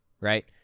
right